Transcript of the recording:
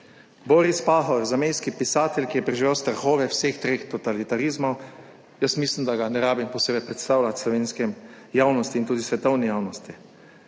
Boris Pahor, zamejski pisatelj, ki je preživel strahove vseh treh totalitarizmov, jaz mislim, da ga ne rabim posebej predstavljati slovenski javnosti niti svetovni javnosti;